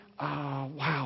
Wow